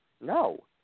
No